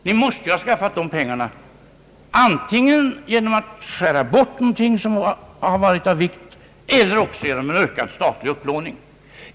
Ni skulle ha varit tvungna att göra det antingen genom att skära bort någonting som var av vikt eller genom att öka den statliga upplåningen.